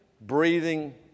breathing